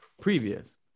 previous